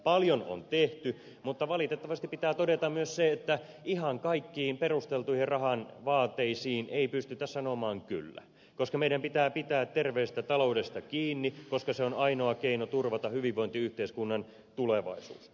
paljon on tehty mutta valitettavasti pitää todeta myös se että ihan kaikkiin perusteltuihin rahan vaateisiin ei pystytä sanomaan kyllä koska meidän pitää pitää terveestä taloudesta kiinni koska se on ainoa keino turvata hyvinvointiyhteiskunnan tulevaisuus